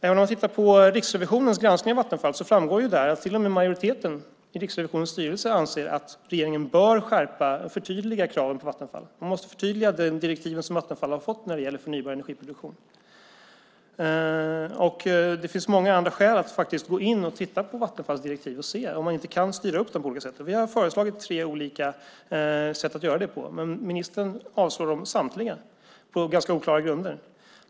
Även om man tittar på Riksrevisionens granskning av Vattenfall framgår det där att till och med majoriteten i Riksrevisionens styrelse anser att regeringen bör skärpa och förtydliga kraven på Vattenfall. Man måste förtydliga de direktiv som Vattenfall har fått när det gäller förnybar energiproduktion. Det finns många andra skäl att faktiskt gå in och titta på Vattenfalls direktiv och se om man inte kan styra upp dem på olika sätt. Vi har föreslagit tre olika sätt att göra det på. Men ministern avslår samtliga på ganska oklara grunder.